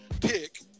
pick